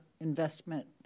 investment